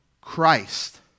Christ